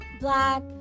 Black